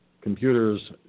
Computers